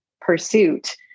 pursuit